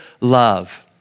love